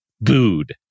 booed